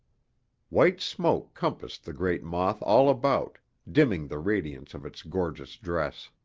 white smoke compassed the great moth all about, dimming the radiance of its gorgeous dress.